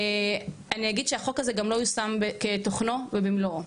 אני אגיד שהחוק הזה גם לא יושם כתוכנו ובמלואו.